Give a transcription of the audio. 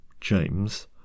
James